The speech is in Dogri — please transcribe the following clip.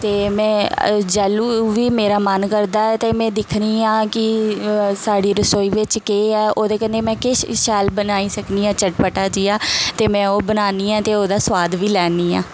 ते में जेल्लू बी मेरा मन करदा ऐ ते में दिक्खनी आं कि साढ़ी रसोई बिच्च केह् ऐ ओह्दे कन्नै में किश शैल बनाई सकनी आं चटपटा जेहा ते में ओह् बनानी आं ते ओह्दा सोआद बी लैन्नी आं